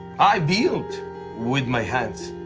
i built with my hands.